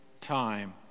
time